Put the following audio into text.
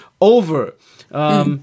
over